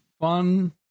fun